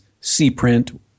C-print